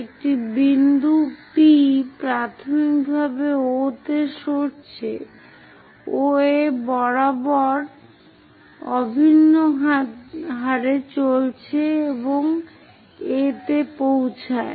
একটি বিন্দু P প্রাথমিকভাবে O তে সরছে OA এর বরাবর অভিন্ন হারে চলছে এবং A তে পৌঁছায়